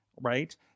right